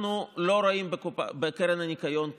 אנחנו לא רואים בקרן הניקיון קופה,